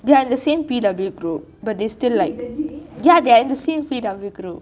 they are in the same P_W group but they still like they're in the same P_W group